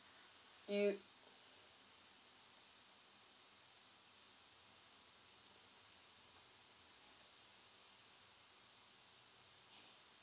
mm